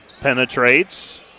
penetrates